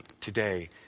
today